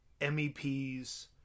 MEPs